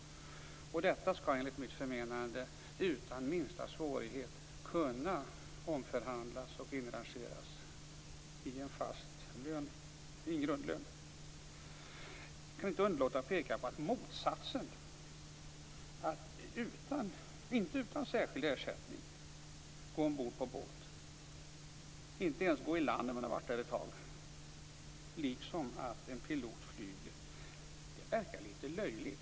Detta skall enligt mitt förmenande utan minsta svårighet kunna omförhandlas och inrangeras i en fast grundlön. Jag kan inte underlåta att peka på att motsatsen, att inte utan särskild ersättning gå ombord på båt och inte ens gå i land när man har varit ombord ett tag liksom att som pilot flyga, verkar litet löjlig.